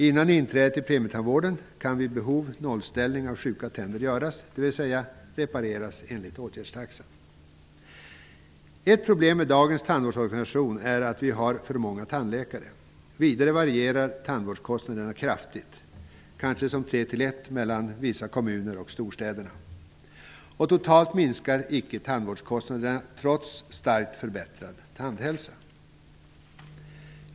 Innan inträdet i premietandvården kan vid behov nollställning av sjuka tänder göras, dvs. de kan repareras enligt åtgärdstaxan. Ett problem i dagens tandvårdsorganisation är att vi har för många tandläkare. Vidare varierar tandvårdstaxorna kraftigt, kanske i relationen 3:1 mellan vissa kommuner och storstäderna. Totalt minskar icke tandvårdskostnaderna, trots starkt förbättrad tandhälsa.